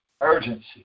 Urgency